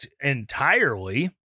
entirely